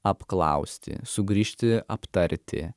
apklausti sugrįžti aptarti